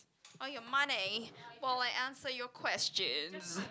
all your money while I answer your questions